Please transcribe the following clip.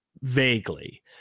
vaguely